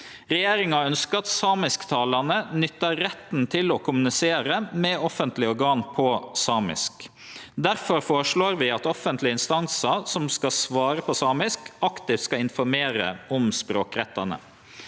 Regjeringa ønskjer at samisktalande nyttar retten til å kommunisere med offentlege organ på samisk. Difor føreslår vi at offentlege instansar som skal svare på samisk, aktivt skal informere om språkrettane.